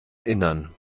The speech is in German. innern